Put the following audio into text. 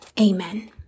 Amen